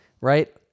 Right